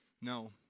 No